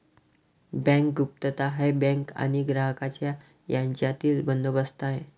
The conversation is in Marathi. बँक गुप्तता हा बँक आणि ग्राहक यांच्यातील बंदोबस्त आहे